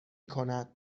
کند